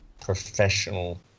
professional